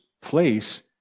place